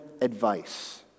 advice